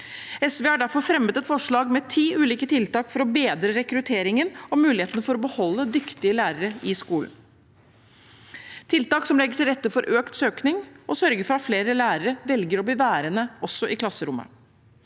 SV har derfor fremmet et forslag med ti ulike tiltak for å bedre rekrutteringen og muligheten for å beholde dyktige lærere i skolen, tiltak som legger til rette for økt søkning og sørger for at flere lærere velger å bli værende også i klasserommet.